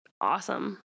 Awesome